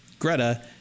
Greta